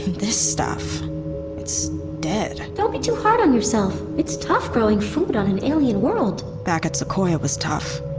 this stuff it's. dead don't be too hard on yourself. it's tough growing food on an alien world back at sequoia was tough.